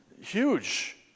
huge